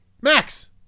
Max